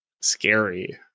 scary